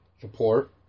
support